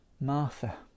Martha